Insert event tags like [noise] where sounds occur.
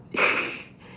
[laughs]